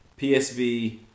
PSV